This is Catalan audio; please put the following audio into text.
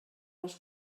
les